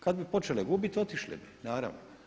Kad bi počele gubiti otišle bi, naravno.